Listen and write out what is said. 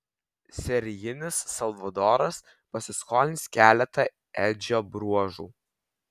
serijinis salvadoras pasiskolins keletą edžio bruožų